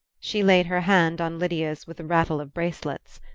she laid her hand on lydia's with a rattle of bracelets.